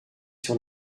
sur